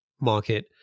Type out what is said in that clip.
market